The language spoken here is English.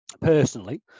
personally